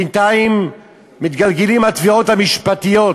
ובינתיים מתגלגלות התביעות המשפטיות